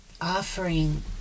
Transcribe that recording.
offering